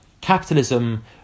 capitalism